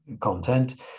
content